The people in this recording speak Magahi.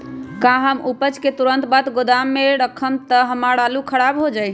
का हम उपज के तुरंत बाद गोदाम में रखम त हमार आलू खराब हो जाइ?